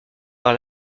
par